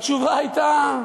התשובה הייתה: